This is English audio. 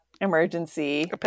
emergency